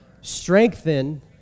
strengthen